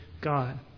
God